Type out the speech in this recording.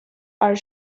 are